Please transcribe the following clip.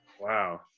wow